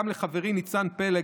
וגם לחברי ניצן פלג,